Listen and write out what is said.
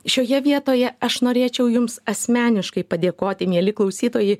šioje vietoje aš norėčiau jums asmeniškai padėkoti mieli klausytojai